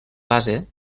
base